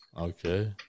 Okay